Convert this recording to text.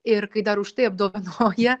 ir kai dar už tai apdovanoja